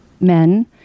men